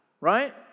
right